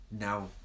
now